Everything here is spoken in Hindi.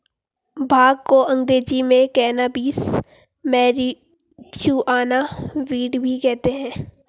भांग को अंग्रेज़ी में कैनाबीस, मैरिजुआना, वीड भी कहते हैं